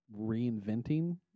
reinventing